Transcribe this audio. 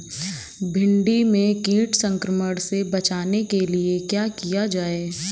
भिंडी में कीट संक्रमण से बचाने के लिए क्या किया जाए?